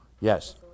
Yes